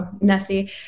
Nessie